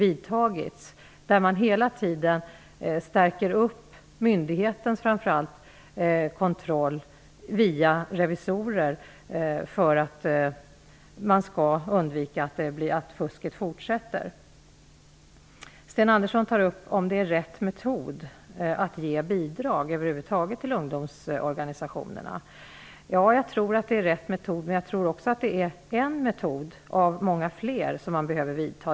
Framför allt stärks myndighetens kontroll via revisorer för att motverka fortsatt fusk. Sten Andersson frågade om det är rätt metod att över huvud taget ge bidrag till ungdomsorganisationerna. -- Ja, jag tror att det är rätt metod, men jag tror också att det är en metod av många fler som behöver vidtas.